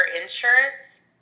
insurance